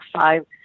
five